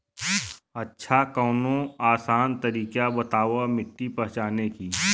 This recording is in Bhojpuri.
अच्छा कवनो आसान तरीका बतावा मिट्टी पहचाने की?